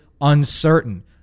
uncertain